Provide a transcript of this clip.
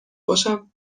باشم